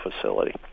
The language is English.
facility